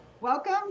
Welcome